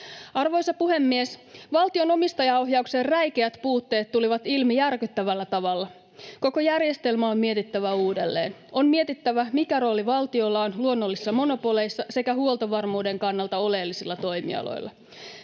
Arvoisa puhemies! Valtion omistajaohjauksen räikeät puutteet tulivat ilmi järkyttävällä tavalla. Koko järjestelmä on mietittävä uudelleen. On mietittävä, mikä rooli valtiolla on luonnollisissa monopoleissa sekä huoltovarmuuden kannalta oleellisilla toimialoilla.